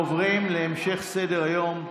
אנחנו עוברים להמשך סדר-היום,